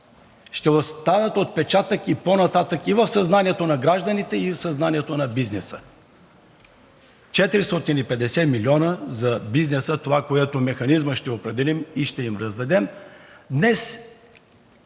ще оставят отпечатък по-нататък и в съзнанието на гражданите, и в съзнанието на бизнеса. Четиристотин и петдесет милиона за бизнеса, това, което с механизма ще определим и ще им раздадем